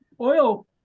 oil